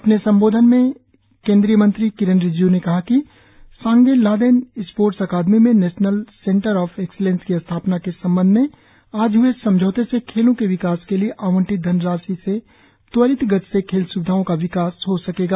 अपने संबोधन में रिजिज् ने कहा कि सांगे लाहदेन स्पोर्ट्स अकादमी में नेशनल सेंटर ऑफ एक्सलेंस की स्थापना के संबंध में आज हुए समझौते से खेलों के विकास के लिए आवंटित धनराशि से त्वरित गति से खेल सुविधाओं का विकास किया जा सकेगा